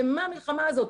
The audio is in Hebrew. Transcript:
למה המלחמה הזאת?